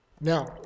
Now